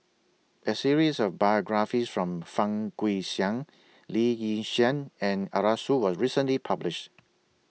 A series of biographies from Fang Guixiang Lee Yi Shyan and Arasu was recently published